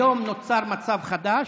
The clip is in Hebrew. היום נוצר מצב חדש,